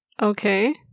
Okay